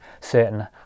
certain